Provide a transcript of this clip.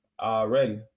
already